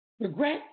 Regret